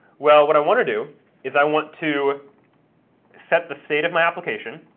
well, what i want to do is i want to set the state of my application,